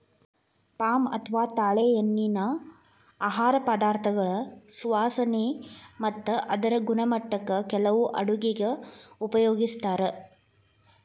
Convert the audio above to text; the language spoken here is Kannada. ಪಾಮ್ ಅಥವಾ ತಾಳೆಎಣ್ಣಿನಾ ಆಹಾರ ಪದಾರ್ಥಗಳ ಸುವಾಸನೆ ಮತ್ತ ಅದರ ಗುಣಮಟ್ಟಕ್ಕ ಕೆಲವು ಅಡುಗೆಗ ಉಪಯೋಗಿಸ್ತಾರ